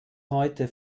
heute